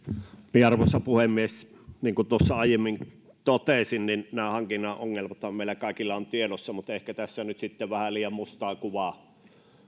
ajankohtaista arvoisa puhemies niin kuin tuossa aiemmin totesin niin nämä hankinnan ongelmathan meillä kaikilla ovat tiedossa mutta ehkä tässä nyt sitten vähän liian mustaa kuvaa